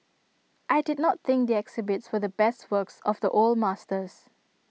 I did not think the exhibits were the best works of the old masters